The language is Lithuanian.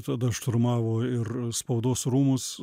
tada šturmavo ir spaudos rūmus